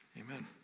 amen